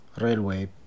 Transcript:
railway